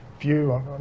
view